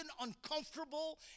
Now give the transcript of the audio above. uncomfortable